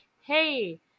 Hey